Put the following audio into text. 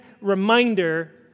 reminder